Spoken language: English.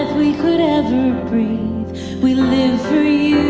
we could ever breathe we live for you